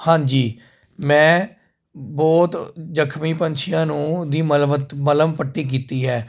ਹਾਂਜੀ ਮੈਂ ਬਹੁਤ ਜਖਮੀ ਪੰਛੀਆਂ ਨੂੰ ਦੀ ਮਲਵਤ ਮਲੱਮ ਪੱਟੀ ਕੀਤੀ ਹੈ